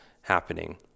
happening